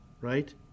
right